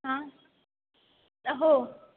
हां हो